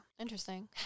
Interesting